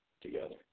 together